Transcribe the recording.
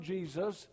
Jesus